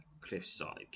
cliffside